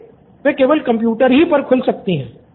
student 6 वह केवल computer पर ही खुल सकती हैं